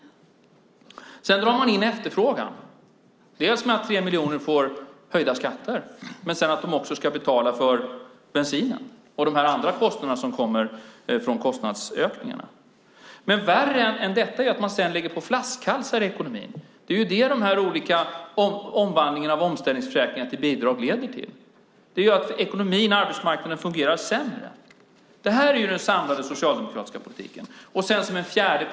Sedan drar man in efterfrågan, dels genom att tre miljoner får höjda skatter, dels genom att de ska betala för bensinen och de andra kostnaderna som kommer från kostnadsökningarna. Men värre än detta är att man sedan lägger på flaskhalsar i ekonomin. Det är det omvandlingen av omställningsförsäkringar till bidrag leder till. Det gör att ekonomin och arbetsmarknaden fungerar sämre. Som en fjärde komponent lägger man till en ökad statlig upplåning.